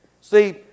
See